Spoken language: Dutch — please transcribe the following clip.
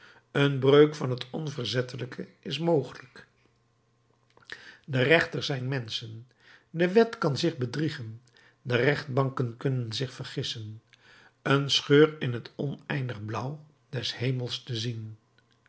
een breuk van het onverzettelijke is mogelijk de rechters zijn menschen de wet kan zich bedriegen de rechtbanken kunnen zich vergissen een scheur in het oneindig blauw des hemels te zien